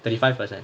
thirty five percent